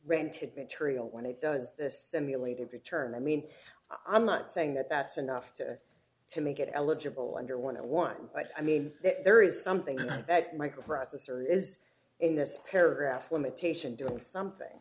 rented material when it does this simulated determine mean i'm not saying that that's enough to to make it eligible under one at one time i mean that there is something that microprocessor is in this paragraph limitation doing something